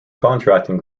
contracting